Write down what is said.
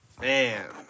Man